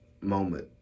moment